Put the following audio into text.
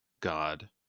God